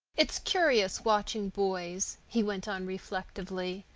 it's curious, watching boys, he went on reflectively.